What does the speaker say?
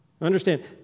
understand